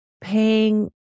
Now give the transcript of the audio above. paying